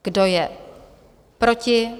Kdo je proti?